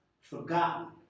forgotten